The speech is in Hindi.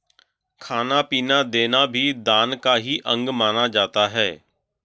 खाना पीना देना भी दान का ही अंग माना जाता है